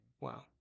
Wow